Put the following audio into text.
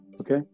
okay